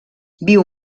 viu